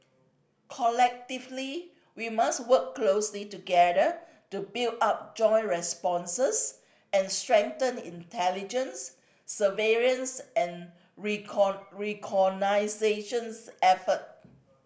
collectively we must work closely together to build up joint responses and strengthen intelligence surveillance and reconnaissance effort